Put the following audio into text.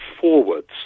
forwards